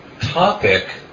topic